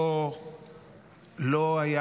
לא היה